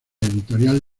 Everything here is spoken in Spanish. editorial